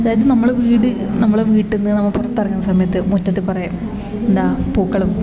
അതായത് നമ്മുടെ വീട് നമ്മുടെ വീട്ടിന്നു നമ്മൾ പുറത്തിറങ്ങുന്ന സമയത്ത് മുറ്റത്ത് കുറെ എന്താ പൂക്കളും